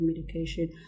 medication